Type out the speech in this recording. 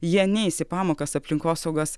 jie neis į pamokas aplinkosaugos